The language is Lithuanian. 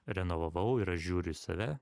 renovavau ir aš žiūriu į save